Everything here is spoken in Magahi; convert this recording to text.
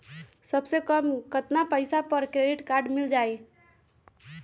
सबसे कम कतना पैसा पर क्रेडिट काड मिल जाई?